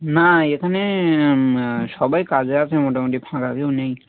না এখানে সবাই কাজে আছে মোটামুটি ফাঁকা কেউ নেই